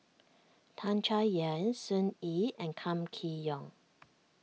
Tan Chay Yan Sun Yee and Kam Kee Yong